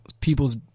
people's